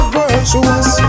virtuous